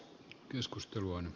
keskustelun